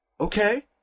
okay